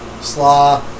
slaw